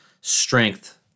strength